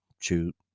shoot